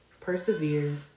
persevere